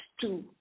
two